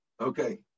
Okay